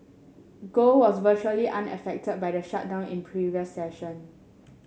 gold was virtually unaffected by the shutdown in previous session